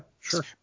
sure